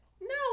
No